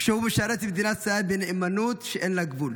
כשהוא משרת את מדינת ישראל בנאמנות שאין לה גבול.